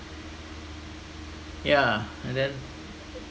yeah and then